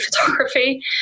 photography